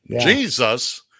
Jesus